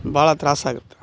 ಭಾಳ ತ್ರಾಸು ಆಗುತ್ತೆ